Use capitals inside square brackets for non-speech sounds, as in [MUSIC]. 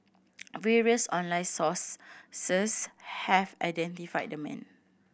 various online source [UNINTELLIGIBLE] have identified the man